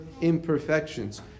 imperfections